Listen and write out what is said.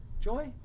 Joy